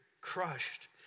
crushed